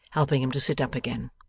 helping him to sit up again.